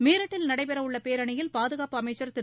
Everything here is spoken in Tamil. மீரட்டில் நடைபெறவுள்ள பேரணியில் பாதுகாப்பு அமைச்சர் திரு